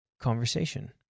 conversation